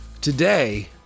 Today